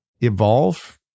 evolve